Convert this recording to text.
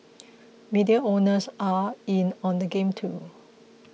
media owners are in on the game too